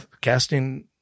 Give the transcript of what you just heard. casting